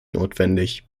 notwendig